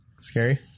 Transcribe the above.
Scary